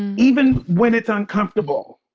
and even when it's uncomfortable